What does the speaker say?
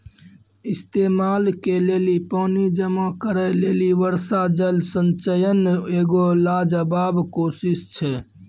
इस्तेमाल के लेली पानी जमा करै लेली वर्षा जल संचयन एगो लाजबाब कोशिश छै